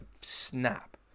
snap